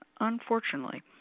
unfortunately